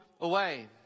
away